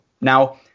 Now